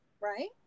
right